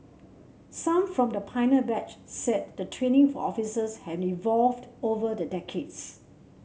some from the batch said the training for officers evolved over the decades